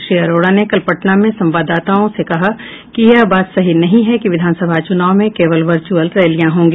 श्री अरोड़ा ने कल पटना में संवाददाताओं से कहा कि यह बात सही नहीं है कि विधानसभा चुनाव में केवल वर्चुअल रैलियां होंगी